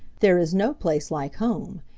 there is no place like home,